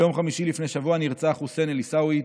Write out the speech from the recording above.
ביום חמישי לפני שבוע נרצח חוסיין אל-עיסאווי,